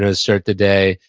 ah start the day,